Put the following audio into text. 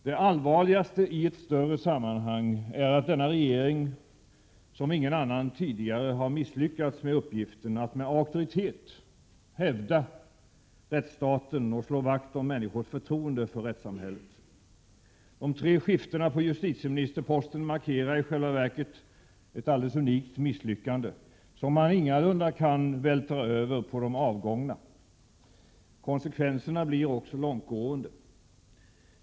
Det allvarligaste i ett större sammanhang är att denna regering som ingen annan tidigare har misslyckats med uppgiften att med auktoritet hävda rättsstaten och slå vakt om människornas förtroende för rättssamhället. De tre skiftena på justitieministerposten markerar i själva verket ett alldeles unikt misslyckande, som man ingalunda kan vältra över på de avgångna. Konsekvenserna blir också långtgående.